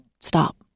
stop